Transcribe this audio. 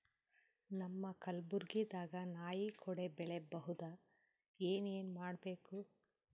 ನಮ್ಮ ಕಲಬುರ್ಗಿ ದಾಗ ನಾಯಿ ಕೊಡೆ ಬೆಳಿ ಬಹುದಾ, ಏನ ಏನ್ ಮಾಡಬೇಕು?